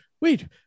wait